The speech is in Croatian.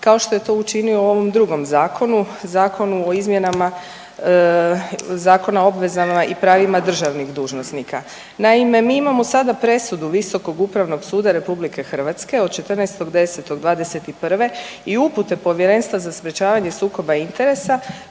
kao što je to učinio u ovom drugom zakonu, Zakonu o izmjenama Zakona o obvezama i pravima državnih dužnosnika. Naime, mi imamo sada presudu Visokog upravnog suda RH od 14.10.'21. i upute Povjerenstva za odlučivanje o sukobu interesa